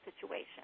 situation